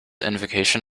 invocation